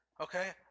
okay